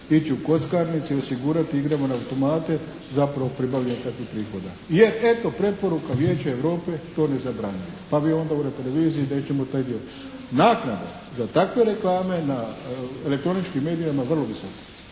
ići u kockarnice i osigurati igrama na automate zapravo pribavljanje takvih prihoda. Jer eto preporuka Vijeća Europe to ne zabranjuje. Pa vi onda … /Govornik se ne razumije./ … televiziji nećemo taj dio. Naknada za takve reklame na elektroničkim medijima je vrlo visoka.